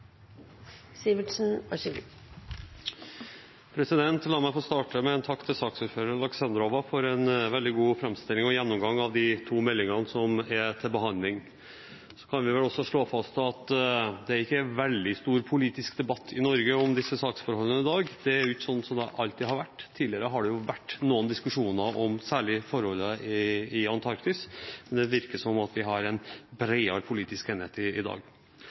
gjennomgang av de to meldingene som er til behandling. Vi kan vel også fastslå at det ikke er noen veldig stor politisk debatt i Norge om disse saksforholdene i dag. Slik har det jo ikke alltid vært, tidligere har det jo vært noen diskusjoner særlig om forholdene i Antarktis, men det virker som at vi har en bredere politisk enighet i dag.